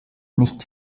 nicht